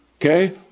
okay